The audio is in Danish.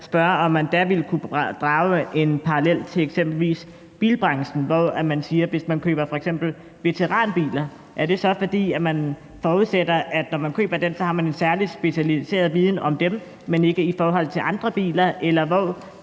spørge, om man da vil kunne drage en parallel til eksempelvis bilbranchen – at hvis man f.eks. køber veteranbiler, så forudsætter man, at når man køber dem, har man en særlig specialiseret viden om dem, men ikke i forhold til andre biler. Eller